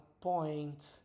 point